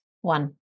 one